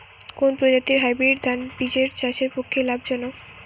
কোন প্রজাতীর হাইব্রিড ধান বীজ চাষের পক্ষে লাভজনক?